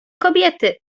kobiety